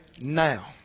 now